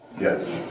Yes